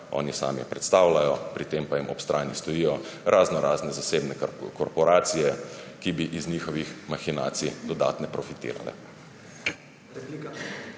oni sami predstavljajo, pri tem pa jim ob strani stojijo raznorazne zasebne korporacije, ki bi iz njihovih mahinacij dodatno profitirale.